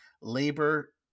labor